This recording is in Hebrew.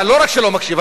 לא רק שאתה לא מקשיב,